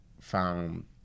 found